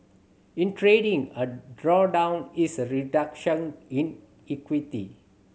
in trading a drawdown is a reduction in equity